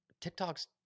TikTok's